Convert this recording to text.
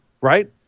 right